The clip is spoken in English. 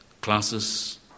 classes